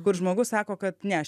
kur žmogus sako kad ne aš